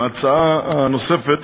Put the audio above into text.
ההצעה הנוספת